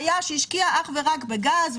שהשקיע אך ורק בגז,